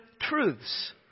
truths